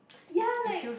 ya like